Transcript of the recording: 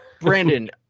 Brandon